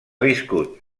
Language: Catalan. viscut